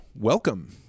welcome